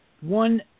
one